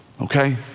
Okay